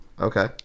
okay